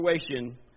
situation